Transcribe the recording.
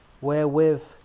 wherewith